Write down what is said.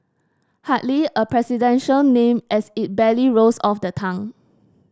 hardly a presidential name as it barely rolls off the tongue